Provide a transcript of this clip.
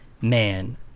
Man